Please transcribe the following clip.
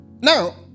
now